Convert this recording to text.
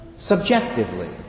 Subjectively